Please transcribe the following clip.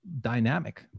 dynamic